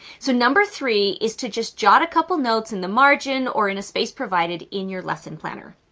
so number three is to just jot a couple notes in the margin or in a space provided in your lesson planner.